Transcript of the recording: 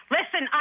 Listen